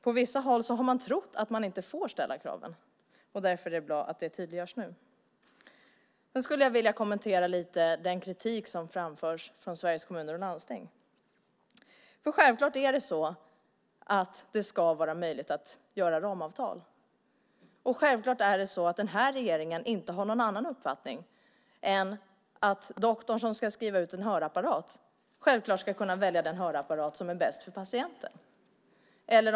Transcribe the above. På vissa håll har man trott att man inte får ställa kraven. Därför är det bra att det tydliggörs nu. Jag skulle vilja kommentera den kritik som framförs från Sveriges Kommuner och Landsting. Självfallet ska det vara möjligt att göra ramavtal. Självfallet har inte regeringen någon annan uppfattning än att den doktor som ska skriva ut en hörapparat ska kunna välja den hörapparat som är bäst för patienten.